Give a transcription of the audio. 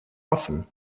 offen